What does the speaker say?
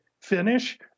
finish